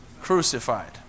Crucified